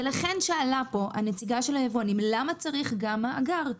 ולכן שאלה פה הנציגה של היבואנים: למה צריך גם מאגר?